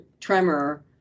tremor